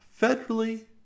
federally